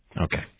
Okay